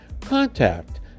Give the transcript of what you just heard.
contact